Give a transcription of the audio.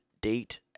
date